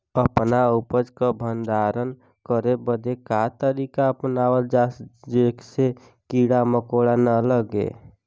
अपना उपज क भंडारन करे बदे का तरीका अपनावल जा जेसे कीड़ा मकोड़ा न लगें?